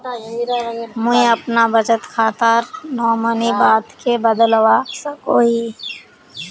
मुई अपना बचत खातार नोमानी बाद के बदलवा सकोहो ही?